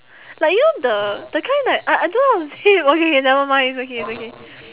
like you know the the kind that I I don't know how to say it okay K nevermind it's okay it's okay